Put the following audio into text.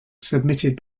submitted